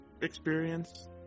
experience